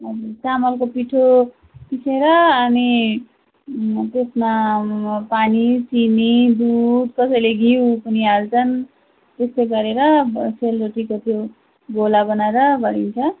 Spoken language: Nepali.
हजुर चामलको पिठो पिसेर अनि त्यसमा पानी चिनी दुध कसैले घिउ पनि हाल्छन् त्यस्तै गरेर सेलरोटीको त्यो घोला बनाएर गरिन्छ